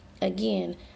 again